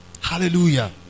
Hallelujah